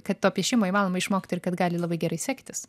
kad to piešimo įmanoma išmokti ir kad gali labai gerai sektis